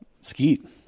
Skeet